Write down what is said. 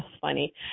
funny